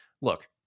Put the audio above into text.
look